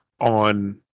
on